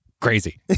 crazy